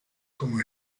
como